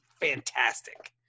fantastic